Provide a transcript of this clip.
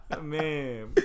Man